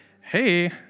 hey